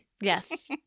Yes